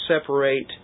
separate